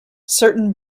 certain